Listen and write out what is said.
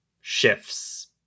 shifts